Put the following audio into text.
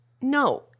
No